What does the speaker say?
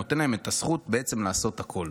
זה נותן להם את הזכות לעשות הכול.